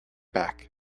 back